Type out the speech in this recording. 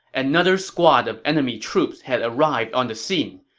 another squad of enemy troops had arrived on the scene.